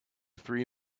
three